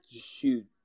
shoot